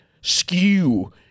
skew